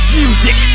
music